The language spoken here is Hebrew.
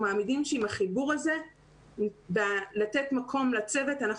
אנחנו מאמינים שעם החיבור הזה ולתת מקום לצוות אנחנו